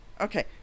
Okay